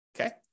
okay